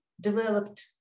developed